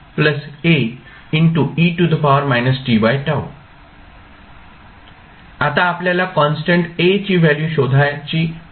म्हणून आता आपल्याला कॉन्स्टंट A ची व्हॅल्यू शोधाय ची आहे